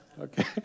Okay